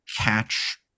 catch